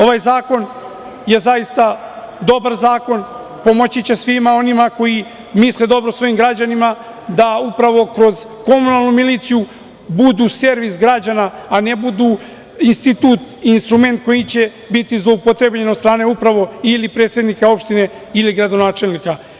Ovaj zakon je zaista dobar zakon, pomoći će svima onima koji misle dobro svojim građanima da upravo kroz komunalnu miliciju budu servis građana a ne budu institut, instrument koji će biti zloupotrebljen od strane upravo ili predsednika opštine ili gradonačelnika.